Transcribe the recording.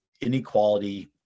inequality